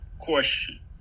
question